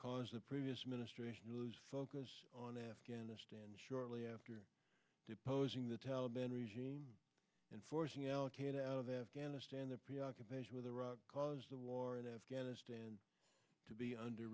caused the previous administration focus on afghanistan shortly after deposing the taliban regime and forcing allocate out of afghanistan the preoccupation with iraq because the war in afghanistan to be under